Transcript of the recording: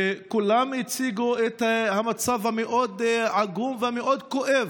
וכולם הציגו את המצב המאוד-עגום והמאוד-כואב.